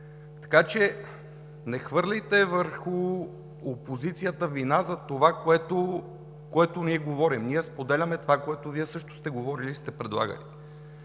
така че не хвърляйте върху опозицията вина за това, което ние говорим. Ние споделяме това, което Вие също сте говорили и сте предлагали.